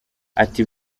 ati